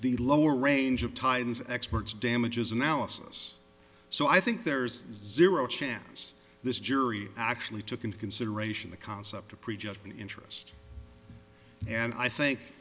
the lower range of titan's experts damages analysis so i think there's zero chance this jury actually took into consideration the concept to prejudge interest and i think